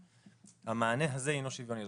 המענה הזה הינו שוויוני,